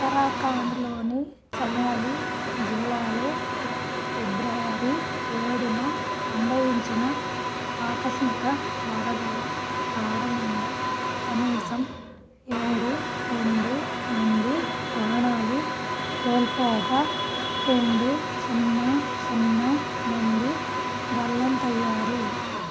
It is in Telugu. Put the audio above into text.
ఉత్తరాఖండ్లోని చమోలి జిల్లాలో ఫిబ్రవరి ఏడున సంభవించిన ఆకస్మిక వరదల కారణంగా కనీసం ఏడు రెండు మంది ప్రాణాలు కోల్పోగా రెండు సున్నా సున్నా మంది గల్లంతయ్యారు